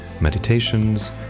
meditations